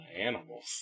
animals